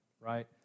right